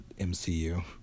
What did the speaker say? MCU